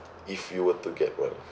if you were to get one